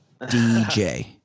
DJ